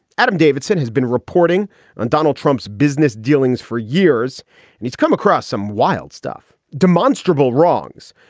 adam davidson has been reporting on donald trump's business dealings for years and he's come across some wild stuff, demonstrable wrongs.